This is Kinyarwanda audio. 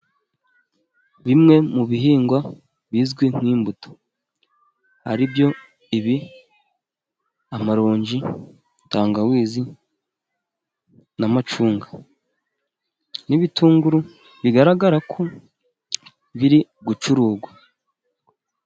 Bimwe mu bihingwa bizwi nk'imbuto ari byo ibi : amaronji, tangawizi, n'amacunga, n'ibitunguru bigaragara ko biri gucuruzwa.